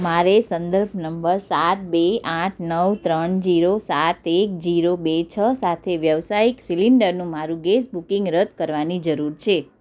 મારે સંદર્ભ નંબર સાત બે આઠ નવ ત્રણ જીરો સાત એક જીરો બે છ સાથે વ્યાવસાયિક સિલિન્ડરનું મારું ગેસ બુકિંગ રદ કરવાની જરૂર છે